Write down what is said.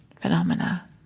phenomena